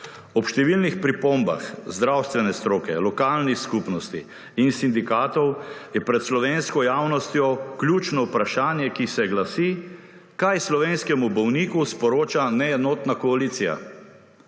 Ob številnih pripombah zdravstvene stroke, lokalnih skupnosti in sindikatov je pred slovensko javnostjo ključno vprašanje, ki se glasi: kaj slovenskemu bolniku sporoča neenotna koalicija?